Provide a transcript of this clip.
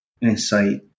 insight